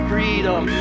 Freedom